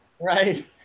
Right